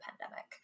pandemic